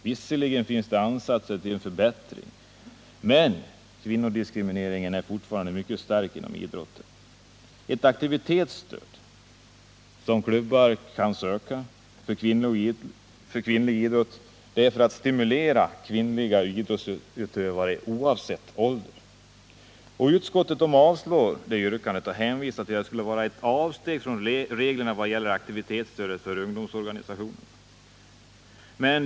Visserligen finns det ansatser till en förbättring, men kvinnodiskrimineringen är fortfarande mycket stark inom idrotten. Ett aktivitetsstöd, som klubbar skall kunna söka, för kvinnlig idrott bör vara avsett att stimulera kvinnliga idrottsutövare oavsett ålder. Utskottet avstyrker yrkandet och hänvisar till att det skulle vara ett avsteg från reglerna vad gäller aktivitetsstödet för ungdomsorganisationerna.